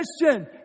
Christian